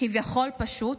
כביכול פשוט,